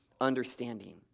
understanding